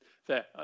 Fair